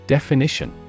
Definition